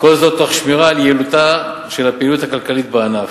כל זאת תוך שמירה על יעילותה של הפעילות הכלכלית בענף,